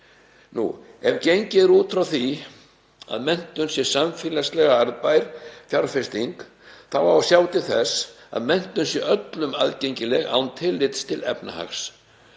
kr. Ef gengið er út frá því að menntun sé samfélagslega arðbær fjárfesting þá á að sjá til þess að menntun sé öllum aðgengileg án tillits til efnahags.